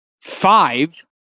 Five